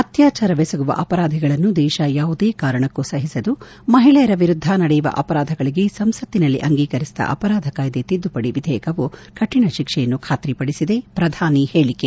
ಅತ್ಲಾಚಾರವೆಸಗುವ ಅಪರಾಧಿಗಳನ್ನು ದೇಶ ಯಾವುದೇ ಕಾರಣಕ್ಕೂ ಸಹಿಸದು ಮಹಿಳೆಯರ ವಿರುದ್ದ ನಡೆಯುವ ಅಪರಾಧಗಳಿಗೆ ಸಂಸತ್ತಿನಲ್ಲಿ ಅಂಗೀಕರಿಸಿದ ಅಪರಾಧ ಕಾಯ್ದೆ ತಿದ್ದುಪಡಿ ವಿಧೇಯಕವು ಕಠಿಣ ಶಿಕ್ಷೆಯನ್ನು ಖಾತ್ರಿಪಡಿಸಿದೆ ಪ್ರಧಾನಿ ಹೇಳಿಕೆ